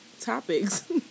topics